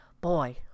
boy